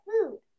food